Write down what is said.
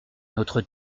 notre